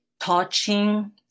touching